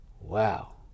Wow